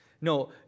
No